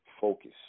focus